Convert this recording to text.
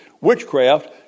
witchcraft